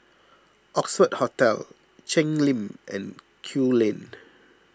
Oxford Hotel Cheng Lim and Kew Lane